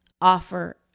offer